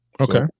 okay